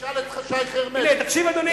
למשל, טונה.